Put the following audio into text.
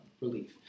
relief